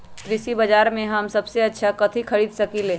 कृषि बाजर में हम सबसे अच्छा कथि खरीद सकींले?